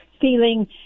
feeling